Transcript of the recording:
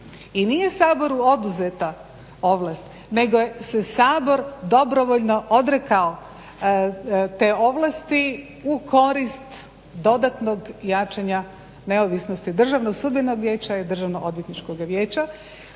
I nije Saboru oduzeta ovlast nego je se Sabor dobrovoljno odrekao te ovlasti u korist dodatnog jačanja neovisnosti Državnog sudbenog vijeća i Državno odvjetničkog vijeća.